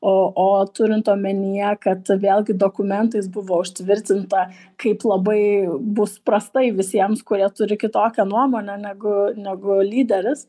o o turint omenyje kad vėlgi dokumentais buvo užtvirtinta kaip labai bus prastai visiems kurie turi kitokią nuomonę negu negu lyderis